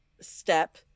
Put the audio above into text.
step